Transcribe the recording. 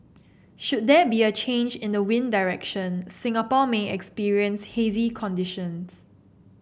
should there be a change in the wind direction Singapore may experience hazy conditions